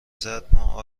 زدما